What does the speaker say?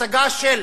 הצגה של